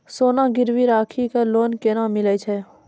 सोना गिरवी राखी कऽ लोन केना मिलै छै?